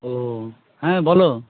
ও হ্যাঁ বলো